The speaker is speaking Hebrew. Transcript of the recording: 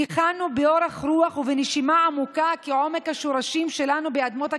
ניחנו באורך רוח ובנשימה עמוקה כעומק השורשים שלנו באדמות הכרמל,